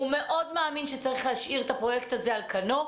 הוא מאוד מאמין שצריך להשאיר את זה הפרויקט הזה על כנו,